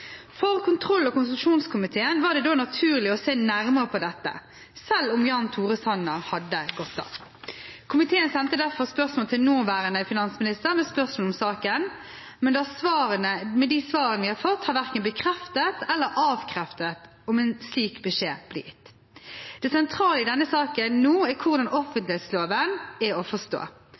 For kontroll- og konstitusjonskomiteen var det da naturlig å se nærmere på dette, selv om Jan Tore Sanner hadde gått av. Komiteen sendte derfor spørsmål til nåværende finansminister med spørsmål om saken, men de svarene vi har fått, har verken bekreftet eller avkreftet om en slik beskjed ble gitt. Det sentrale i denne saken nå er hvordan offentlighetsloven er å forstå.